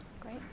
Great